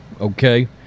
okay